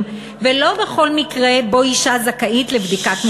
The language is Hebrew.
ולא בכל מקרה שבו אישה זכאית לבדיקת ממוגרפיה.